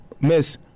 Miss